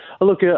look